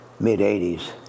mid-'80s